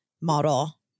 model